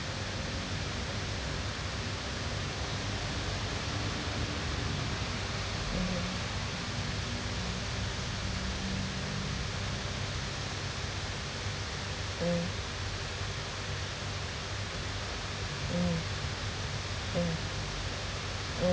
mmhmm mm mm mm mm